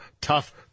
tough